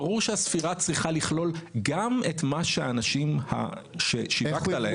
ברור שהספירה צריכה לכלול גם את מה שאנשים ששיווקת להם.